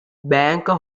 banker